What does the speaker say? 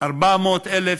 400,000